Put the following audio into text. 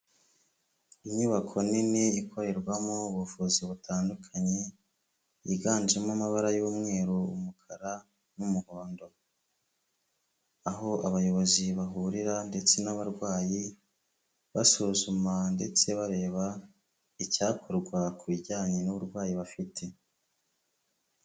Inyubako nini ikorerwamo ubuvuzi butandukanye, yiganjemo amabara y'umweru, umukara n'umuhondo, aho abayobozi bahurira ndetse n'abarwayi basuzuma ndetse bareba icyakorwa ku bijyanye n'uburwayi bafite.